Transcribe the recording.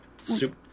soup